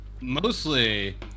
mostly